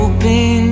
Open